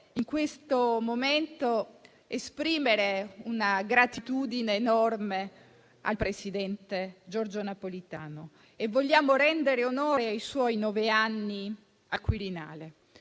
in questo momento una gratitudine enorme al presidente Giorgio Napolitano e vogliamo rendere onore ai suoi nove anni al Quirinale.